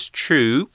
true